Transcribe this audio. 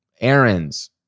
errands